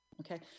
okay